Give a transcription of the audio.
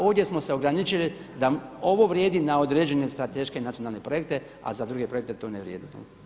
Ovdje smo se ograničili da ovo vrijedi na određene strateške nacionalne projekta, a za druge projekte to ne vrijedi.